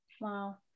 Wow